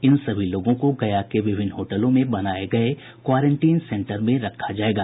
इन सभी लोगों को गया के विभिन्न होटलों में बनाये गये क्वारेंटीन सेन्टरों में रखा जायेगा